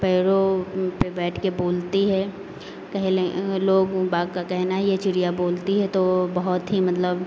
पेड़ों पे बैठ के बोलती है कहीं ले लोग बाग का कहना है ये चिड़िया बोलती है तो बहत ही मतलब